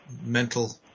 mental